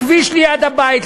לכביש ליד הבית,